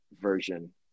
version